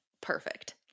perfect